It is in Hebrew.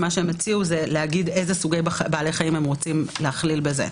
הציעו להגיד איזה סוגי בעלי חיים הם רוצים להכליל בזה.